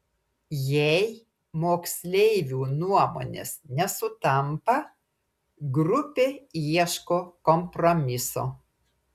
jei moksleivių nuomonės nesutampa grupė ieško kompromiso